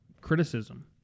criticism